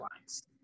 lines